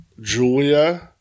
Julia